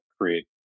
create